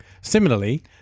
Similarly